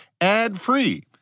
ad-free